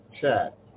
chat